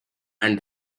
and